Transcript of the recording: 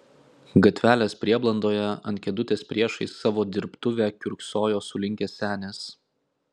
gatvelės prieblandoje ant kėdutės priešais savo dirbtuvę kiurksojo sulinkęs senis